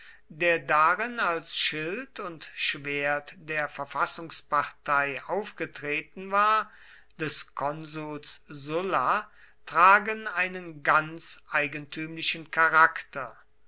der darin als schild und schwert der verfassungspartei aufgetreten war des konsuls sulla tragen einen ganz eigentümlichen charakter